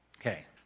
Okay